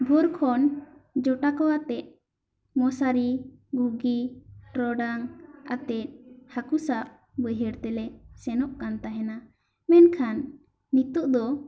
ᱵᱷᱳᱨ ᱠᱷᱚᱱ ᱡᱚᱴᱟ ᱠᱚ ᱟᱛᱮᱜ ᱢᱚᱥᱟᱨᱤ ᱵᱷᱩᱜᱤ ᱴᱚᱨᱚᱰᱟᱝ ᱟᱛᱮᱜ ᱦᱟᱹᱠᱩ ᱥᱟᱵ ᱵᱟᱹᱭᱦᱟᱹᱲ ᱛᱮᱞᱮ ᱥᱮᱱᱚᱜ ᱠᱟᱱ ᱛᱟᱦᱮᱱᱟ ᱢᱮᱱᱠᱷᱟᱱ ᱱᱤᱛᱚᱜ ᱫᱚ